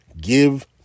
give